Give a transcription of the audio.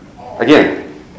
Again